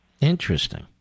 Interesting